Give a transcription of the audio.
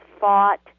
fought